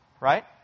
right